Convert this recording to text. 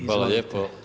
Hvala lijepo.